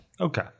Okay